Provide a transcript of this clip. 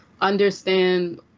understand